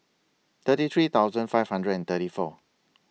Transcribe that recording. thirty three thousand five hundred and thirty four